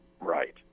Right